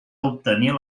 obtenir